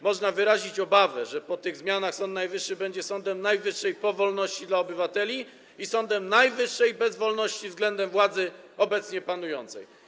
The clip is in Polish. Można wyrazić obawę, że po tych zmianach Sąd Najwyższy będzie sądem najwyższej powolności dla obywateli i sądem najwyższej bezwolności względem władzy obecnie panującej.